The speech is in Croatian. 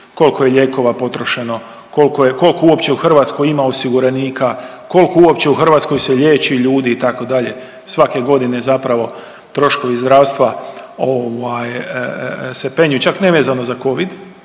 kolko je lijekova potrošeno, kolko je, kolko uopće u Hrvatskoj ima osiguranika, kolko uopće u Hrvatskoj se liječi ljudi itd., svake godine zapravo troškovi zdravstva ovaj se penju čak nevezano za covid,